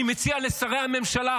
אני מציע לשרי הממשלה